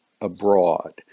abroad